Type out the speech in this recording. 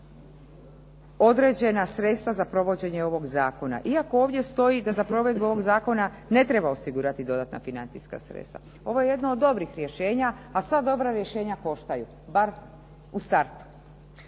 određena sredstva za provođenje ovog zakona, iako ovdje stoji da za provedbu ovog zakona ne treba osigurati dodatna financijska sredstva. Ovo je jedno od dobrih rješenja, a sva dobra rješenja koštaju, bar u startu.